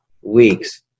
weeks